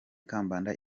kambanda